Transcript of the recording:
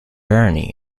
barony